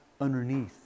underneath